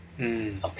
mm